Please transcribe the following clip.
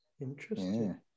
interesting